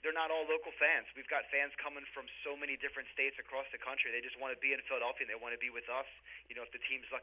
they're not all the local fans we've got fans coming from so many different states across the country they just want to be in philadelphia they want to be with us you know the teams l